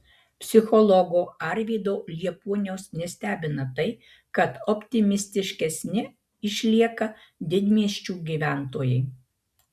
psichologo arvydo liepuoniaus nestebina tai kad optimistiškesni išlieka didmiesčių gyventojai